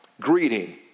greeting